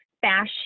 fashion